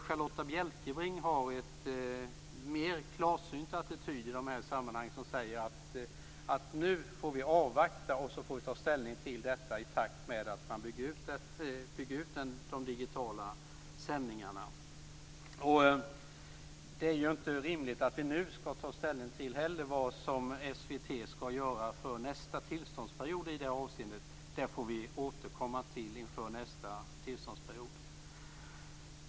Charlotta Bjälkebring har en mer klarsynt attityd i dessa sammanhang, när hon säger att vi får avvakta och ta ställning till dessa frågor i takt med att de digitala sändningarna byggs ut. Det är inte rimligt att vi nu skall ta ställning till vad SVT skall göra för nästa tillståndsperiod i det avseendet. Vi får återkomma till den frågan inför nästa tillståndsperiod.